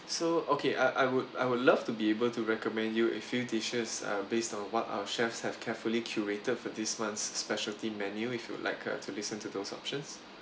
so okay I I would I would love to be able to recommend you a few dishes uh based on what our chefs have carefully curated for this month's specialty menu if you'd like uh to listen to those options